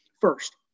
First